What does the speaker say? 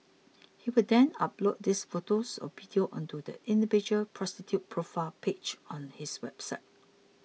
he would then upload these photos or videos onto the individual prostitute's profile page on his website